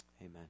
Amen